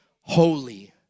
holy